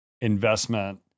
investment